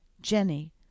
Jenny